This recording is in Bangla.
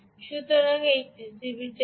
সুতরাং এই পিসিবি ঠিক এখানে